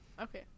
Okay